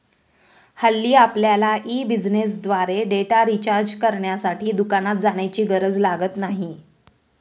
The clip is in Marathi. हल्ली आपल्यला ई बिझनेसद्वारे डेटा रिचार्ज करण्यासाठी दुकानात जाण्याची गरज लागत नाही